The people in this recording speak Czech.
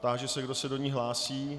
Táži se, kdo se do ní hlásí.